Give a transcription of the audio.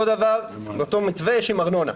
אותו דבר באותו מתווה יש עם ארנונה,